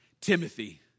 Timothy